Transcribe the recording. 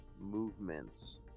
movements